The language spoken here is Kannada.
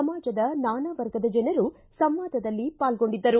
ಸಮಾಜದ ನಾನಾ ವರ್ಗದ ಜನರು ಸಂವಾದದಲ್ಲಿ ಪಾಲ್ಗೊಂಡಿದ್ದರು